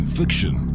fiction